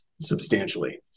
substantially